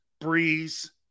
Breeze